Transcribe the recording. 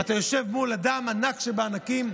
ואתה יושב מול אדם ענק שבענקים,